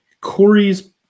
Corey's